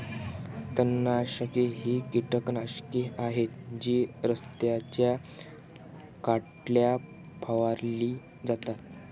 तणनाशके ही कीटकनाशके आहेत जी रस्त्याच्या कडेला फवारली जातात